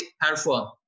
perform